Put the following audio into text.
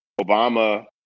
Obama